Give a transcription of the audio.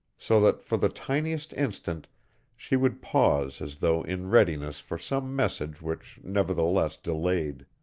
so that for the tiniest instant she would pause as though in readiness for some message which nevertheless delayed.